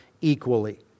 equally